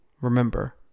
Remember